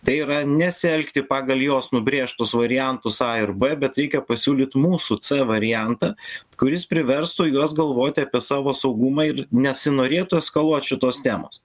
tai yra nesielgti pagal jos nubrėžtus variantus a ir b bet reikia pasiūlyt mūsų c variantą kuris priverstų juos galvoti apie savo saugumą ir nesinorėtų eskaluot šitos temos